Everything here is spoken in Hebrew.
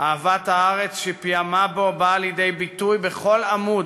אהבת הארץ שפיעמה בו באה לידי ביטוי בכל עמוד